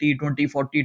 2040